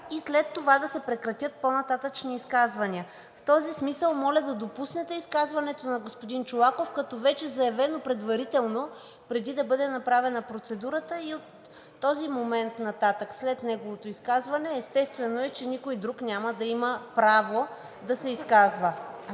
и след това да се прекратят по-нататъшни изказвания. В този смисъл моля да допуснете изказването на господин Чолаков като вече заявено предварително, преди да бъде направена процедурата, и от този момент нататък, след неговото изказване, естествено е, че никой друг няма да има право да се изказва.